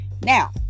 Now